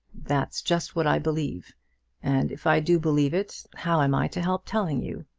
that's just what i believe and if i do believe it, how am i to help telling you?